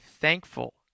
thankful